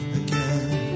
again